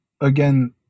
again